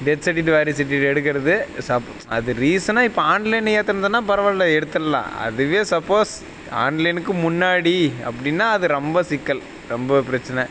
death வாரிசு எடுக்கிறது சப் அது ரீசனாக இப்போ ஆன்லைன் ஏற்றினதுனா பரவாயில்ல எடுத்துடலாம் அதுவே சப்போஸ் ஆன்லைனுக்கும் முன்னாடி அப்படின்னா அதை ரொம்ப சிக்கல் ரொம்ப பிரச்சின